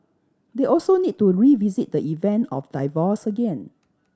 they also need to revisit the event of divorce again